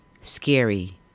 scary